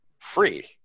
free